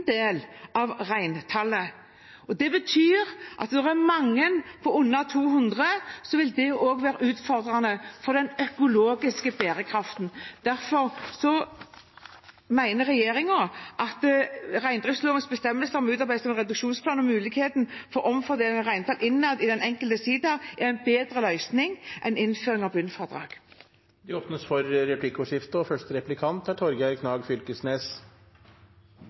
del av reintallet. Det betyr at er det mange som har under 200 rein, vil det også være utfordrende for den økologiske bærekraften. Derfor mener regjeringen at reindriftslovens bestemmelser om utarbeidelse av en reduksjonsplan og muligheten for å omfordele reintallet innad i den enkelte sidaen er en bedre løsning enn innføring av et bunnfradrag. Det blir replikkordskifte. Berekraftsdimensjonar – dette tenkjer eg er